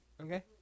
Okay